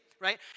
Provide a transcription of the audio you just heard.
right